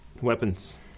Weapons